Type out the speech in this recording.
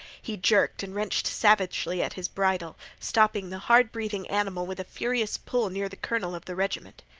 he jerked and wrenched savagely at his bridle, stopping the hard-breathing animal with a furious pull near the colonel of the regiment.